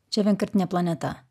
čia vienkartinė planeta